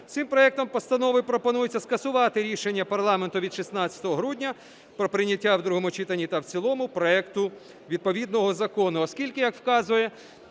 Цим проектом постанови пропонується скасувати рішення парламенту від 16 грудня про прийняття в другому читанні та в цілому проекту відповідного закону, оскільки, як вказує